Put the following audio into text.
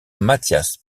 mathias